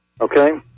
Okay